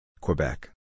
Quebec